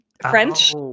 French